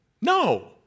No